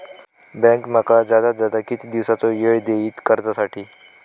Bank माका जादात जादा किती दिवसाचो येळ देयीत कर्जासाठी?